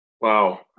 Wow